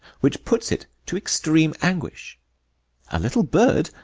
which puts it to extreme anguish a little bird,